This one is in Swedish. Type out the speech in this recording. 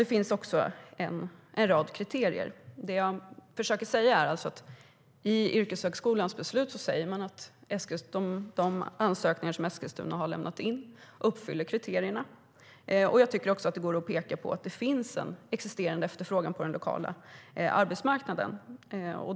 Det finns också en rad kriterier. I Myndigheten för yrkeshögskolans beslut framgår att de ansökningar som Eskilstuna har lämnat in uppfyller kriterierna, och jag tycker att det går att peka på att det finns en existerande efterfrågan på den lokala arbetsmarknaden.